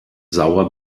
sauer